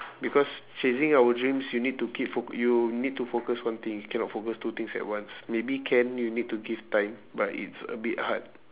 because chasing our dreams you need keep fo~ you need to focus one thing you cannot focus two things at once maybe can you need to give time but it's a bit hard